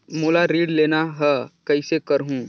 मोला ऋण लेना ह, कइसे करहुँ?